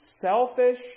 selfish